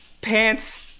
pants